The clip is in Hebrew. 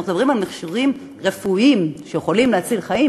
אנחנו מדברים על מכשירים רפואיים שיכולים להציל חיים,